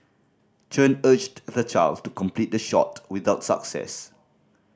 Chen urged the child to complete the shot without success